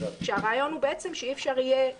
והרעיון הוא שאי אפשר יהיה "לקנות"